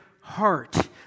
heart